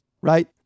right